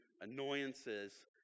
annoyances